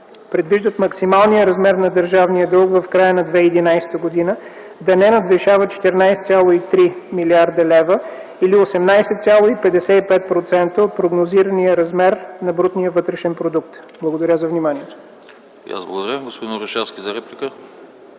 предвиждат максималният размер на държавния дълг в края на 2011 г. да не надвишава 14,3 млрд. лв. или 18,55% от прогнозирания размер на брутния вътрешен продукт. Благодаря за вниманието.